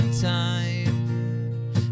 time